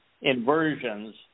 inversions